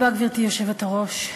גברתי היושבת-ראש,